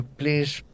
please